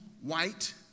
white